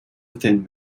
within